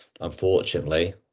unfortunately